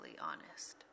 honest